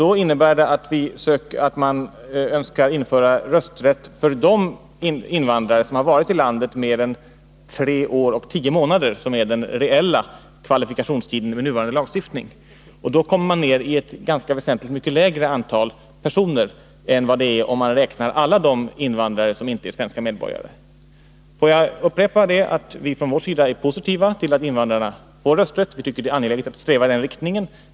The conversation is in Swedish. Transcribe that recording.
Det innebär att man önskar införa rösträtt för de invandrare som har varit i landet mer än tre år och tio månader, som är den reella kvalifikationstiden enligt nuvarande lagstiftning. Då kommer man ner i ett mycket lägre antal personer än om man räknar alla de invandrare som inte är svenska medborgare. Får jag upprepa att vi från vår sida är positiva till att invandrarna får rösträtt. Vi tycker att det är angeläget att sträva i den riktningen.